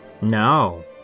No